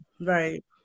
right